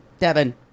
Devin